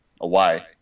away